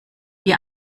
wie